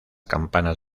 campanas